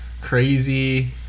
crazy